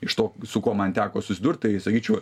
iš to su kuo man teko susidurt tai sakyčiau